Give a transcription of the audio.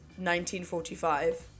1945